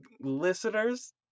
listeners